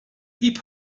hip